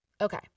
Okay